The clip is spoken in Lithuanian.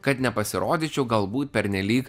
kad nepasirodyčiau galbūt pernelyg